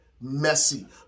messy